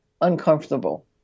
uncomfortable